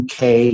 UK